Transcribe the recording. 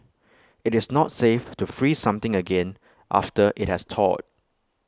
IT is not safe to freeze something again after IT has thawed